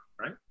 right